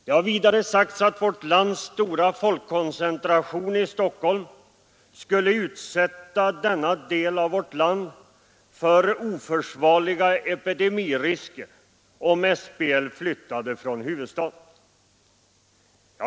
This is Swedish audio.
Det har vidare sagts att vårt lands stora folkkoncentration i Stockholm skulle utsättas för oförsvarliga epidemirisker om SBL flyttade från huvudstaden.